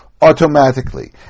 automatically